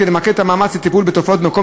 כדי למקד את המאמץ לטיפול בתופעה במקום